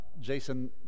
jason